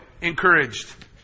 encouraged